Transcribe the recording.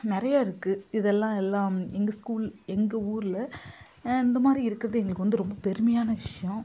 நிறைய இருக்குது இதெல்லாம் எல்லாம் எங்கள் ஸ்கூல் எங்கள் ஊரில் இந்த மாதிரி இருக்கிறது வந்து எங்களுக்கு ரொம்ப பெருமையான விஷயம்